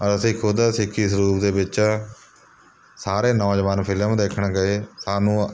ਅਸੀਂ ਖੁਦ ਸਿੱਖੀ ਸਰੂਪ ਦੇ ਵਿੱਚ ਸਾਰੇ ਨੌਜਵਾਨ ਫ਼ਿਲਮ ਦੇਖਣ ਗਏ ਸਾਨੂੰ